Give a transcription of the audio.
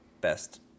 best